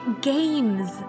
Games